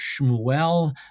Shmuel